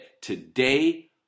today